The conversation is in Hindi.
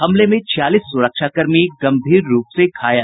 हमले में छियालीस सुरक्षाकर्मी गंभीर रूप से घायल